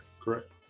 Correct